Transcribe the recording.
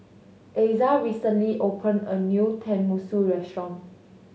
Asa recently opened a new Tenmusu Restaurant